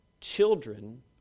Children